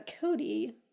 cody